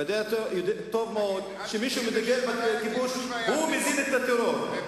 ואתה יודע טוב מאוד שמי שמדכא בכיבוש מזין את הטרור,